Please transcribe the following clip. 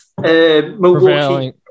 Milwaukee